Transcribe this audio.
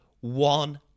one